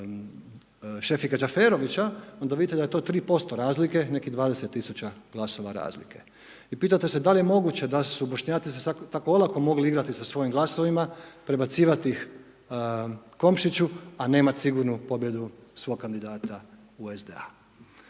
Šefika Đeferovića, onda vidite da je to 3% razlike, nekih 20 000 glasova razlike i pitate se da li je moguće da su Bošnjaci se tako olako mogli igrati sa svojim glasovima, prebacivati ih Komšiću, a nemati sigurnu pobjedu svoga kandidata SDA-a.